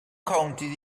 counted